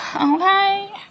Okay